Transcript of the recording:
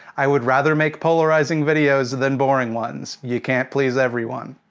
i would rather make polarizing videos, than boring ones. you can't please everyone.